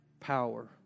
power